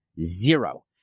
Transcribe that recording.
Zero